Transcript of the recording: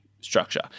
structure